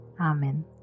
Amen